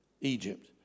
Egypt